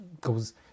goes